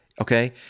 Okay